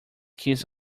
kiss